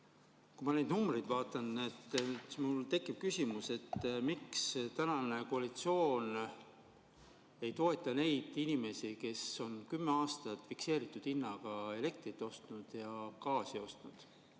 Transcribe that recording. Kui ma neid numbreid vaatan, siis mul tekib küsimus, miks tänane koalitsioon ei toeta neid inimesi, kes on kümme aastat fikseeritud hinnaga elektrit ja gaasi ostnud,